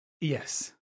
Yes